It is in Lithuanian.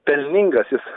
pelningas jis